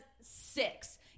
six